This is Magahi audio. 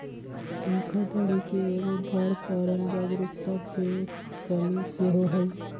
धोखाधड़ी के एगो बड़ कारण जागरूकता के कम्मि सेहो हइ